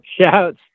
Shouts